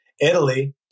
Italy